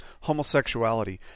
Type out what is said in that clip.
homosexuality